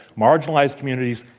marginalized communities,